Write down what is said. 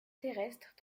terrestre